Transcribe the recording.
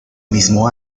mismo